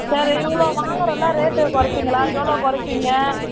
சரி இவ்வளோ வாங்குறோம்ல ரேட்டு குறைப்பிங்களா எவ்வளோ குறைப்பிங்க